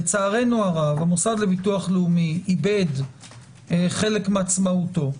לצערנו הרב המשרד לביטוח לאומי איבד חלק מעצמאותו,